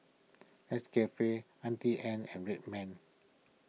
Nescafe Auntie Anne's and Red Man